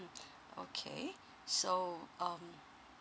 okay so um